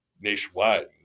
nationwide